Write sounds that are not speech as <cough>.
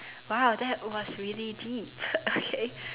!wow! that was really deep <laughs> okay